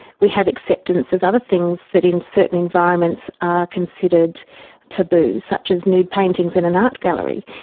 we have acceptance of other things that in certain environments are considered taboo, such as nude paintings in an art gallery,